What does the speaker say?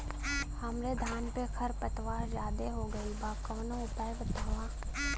हमरे धान में खर पतवार ज्यादे हो गइल बा कवनो उपाय बतावा?